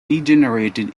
degenerated